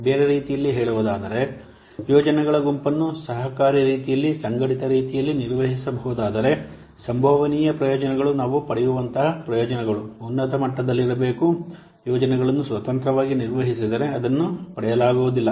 ಬೇರೆ ರೀತಿಯಲ್ಲಿ ಹೇಳುವುದಾದರೆ ಯೋಜನೆಗಳ ಗುಂಪನ್ನು ಸಹಕಾರಿ ರೀತಿಯಲ್ಲಿ ಸಂಘಟಿತ ರೀತಿಯಲ್ಲಿ ನಿರ್ವಹಿಸಬಹುದಾದರೆ ಸಂಭವನೀಯ ಪ್ರಯೋಜನಗಳು ನಾವು ಪಡೆಯುವಂತಹ ಪ್ರಯೋಜನಗಳು ಉನ್ನತ ಮಟ್ಟದಲ್ಲಿರಬೇಕು ಯೋಜನೆಗಳನ್ನು ಸ್ವತಂತ್ರವಾಗಿ ನಿರ್ವಹಿಸಿದರೆ ಅದನ್ನು ಪಡೆಯಲಾಗುವುದಿಲ್ಲ